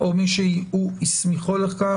או מי שהוא הסמיכו לכך,